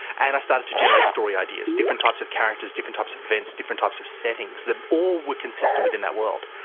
and i started to generate story ideas, different types of characters, different types of events, different types of settings that all were consistent within that world.